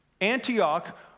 Antioch